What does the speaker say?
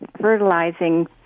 fertilizing